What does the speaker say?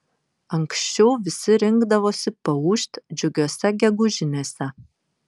anksčiau visi rinkdavosi paūžt džiugiose gegužinėse